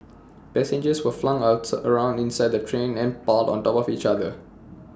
passengers were flung around inside the train and piled on top of each other